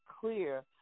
clear